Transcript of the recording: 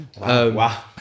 Wow